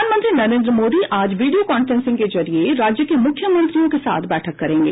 प्रधानमंत्री नरेंद्र मोदी आज video conferencing के जरिए राज्य के मुख्यमंत्रियों के साथ बैठक करेंगे